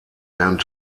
während